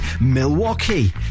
Milwaukee